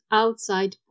outside